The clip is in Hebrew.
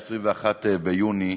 21 ביוני,